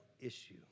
issue